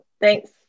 thanks